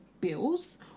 bills